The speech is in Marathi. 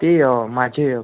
ती माझी